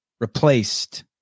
Replaced